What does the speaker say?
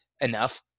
enough